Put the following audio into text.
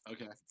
Okay